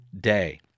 day